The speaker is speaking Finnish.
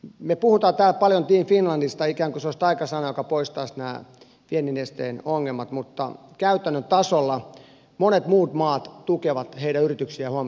me puhumme täällä paljon team finlandista ikään kuin se olisi taikasana joka poistaisi nämä viennin esteiden ongelmat mutta käytännön tasolla monet muut maat tukevat yrityksiään huomattavasti enemmän